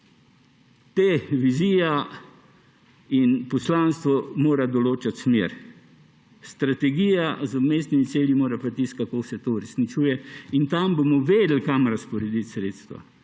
Ta vizija in poslanstvo mora določati smer. Strategija z vmesnimi cilji mora pa tisto, kako se to uresničuje. In tam bomo vedeli, kam razporediti sredstva